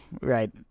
Right